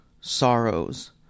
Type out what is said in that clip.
sorrows